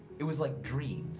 it was like dreams